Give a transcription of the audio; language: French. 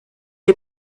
est